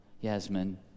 Yasmin